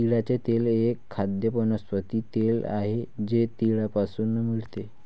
तिळाचे तेल एक खाद्य वनस्पती तेल आहे जे तिळापासून मिळते